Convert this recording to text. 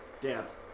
Dabs